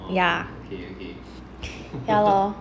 ya ya lor